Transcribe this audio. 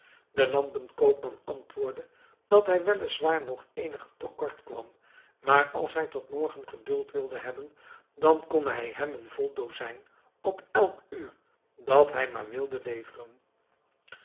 de lampenkoopman antwoordde dat hij weliswaar nog eenige tekort kwam maar als hij tot morgen geduld wilde hebben dan kon hij hem een vol dozijn op elk uur dat hij maar wilde leveren